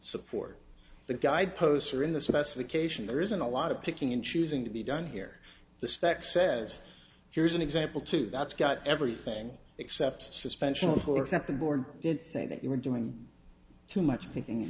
support the guideposts or in the specification there isn't a lot of picking and choosing to be done here the spec says here's an example to that's got everything except suspension for example board did say that you were doing too much